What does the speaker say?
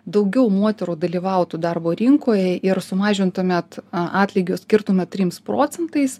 daugiau moterų dalyvautų darbo rinkoje ir sumažintumėt a atlygių skirtumą trims procentais